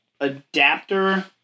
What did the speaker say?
adapter